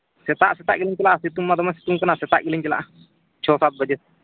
ᱥᱮᱛᱟᱜᱼᱥᱮᱛᱟᱜ ᱜᱮᱞᱤᱧ ᱪᱟᱞᱟᱜᱼᱟ ᱥᱤᱛᱩᱝ ᱢᱟ ᱫᱚᱢᱮ ᱥᱤᱛᱩᱝ ᱠᱟᱱᱟ ᱥᱮᱛᱟᱜ ᱜᱮᱞᱤᱧ ᱪᱟᱞᱟᱜᱼᱟ ᱪᱷᱚᱼᱥᱟᱛ ᱵᱟᱡᱮ